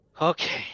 Okay